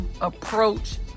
approach